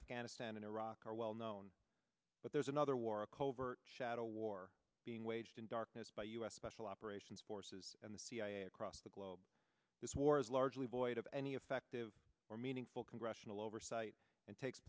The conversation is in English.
afghanistan and iraq are well known but there's another war a covert shadow war being waged in darkness by u s special operations forces and the cia across the globe this war is largely void of any effective or meaningful congressional oversight and takes